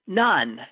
none